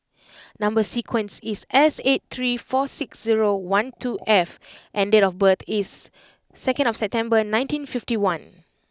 number sequence is S eight three four six zero one two F and date of birth is second September nineteen fifty one